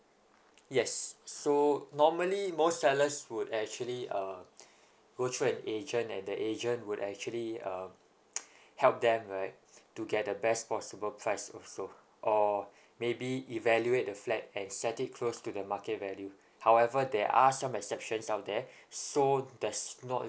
yes so normally most sellers would actually uh go through an agent and the agent would actually um help them right to get the best possible price also or maybe evaluate the flat and set it close to the market value however there are some exceptions out there so there's not